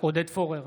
עודד פורר,